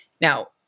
Now